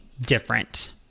different